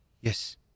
Yes